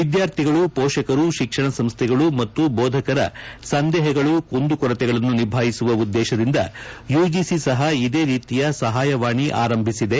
ವಿದ್ಯಾರ್ಥಿಗಳು ಪೋಷಕರು ಶಿಕ್ಷಣ ಸಂಸ್ಥೆಗಳು ಮತ್ತು ಬೋಧಕರ ಸಂದೇಹಗಳು ಕುಂದುಕೊರತೆಗಳನ್ನು ನಿಭಾಯಿಸುವ ಉದ್ದೇಶದಿಂದ ಯುಜಿಸಿ ಸಹ ಇದೇ ರೀತಿಯ ಸಪಾಯವಾಣಿ ಆರಂಭಿಸಿದೆ